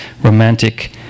romantic